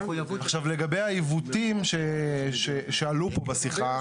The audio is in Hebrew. לגבי העיוותים שעלו פה בשיחה,